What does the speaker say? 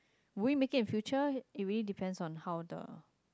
will we make it in future it really depends on how the